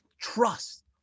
trust